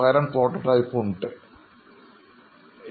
പകരം പ്രോട്ടോടൈപ്പ് ആണ്